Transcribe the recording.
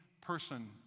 person